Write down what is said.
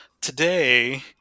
today